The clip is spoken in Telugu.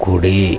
కుడి